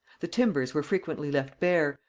the timbers were frequently left bare,